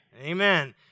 Amen